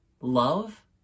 love